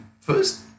First